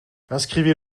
inscrivez